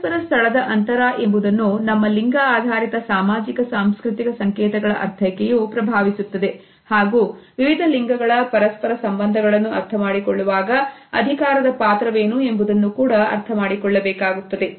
ಪರಸ್ಪರ ಸ್ಥಳದ ಅಂತರ ಎಂಬುದನ್ನು ನಮ್ಮ ಲಿಂಗ ಆಧಾರಿತ ಸಾಮಾಜಿಕ ಸಾಂಸ್ಕೃತಿಕ ಸಂಕೇತಗಳ ಅರ್ಥೈಕೆಯು ಪ್ರಭಾವಿಸುತ್ತದೆ ಹಾಗೂ ವಿವಿಧ ಲಿಂಗಗಳ ಪರಸ್ಪರ ಸಂಬಂಧಗಳನ್ನು ಅರ್ಥಮಾಡಿಕೊಳ್ಳುವಾಗ ಅಧಿಕಾರದ ಪಾತ್ರವೇನು ಎಂಬುದನ್ನು ಕೂಡ ಅರ್ಥಮಾಡಿಕೊಳ್ಳಬೇಕಾಗುತ್ತದೆ